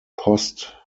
post